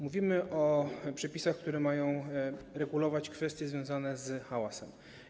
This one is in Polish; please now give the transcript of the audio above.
Mówimy o przepisach, które mają regulować kwestie związane z hałasem.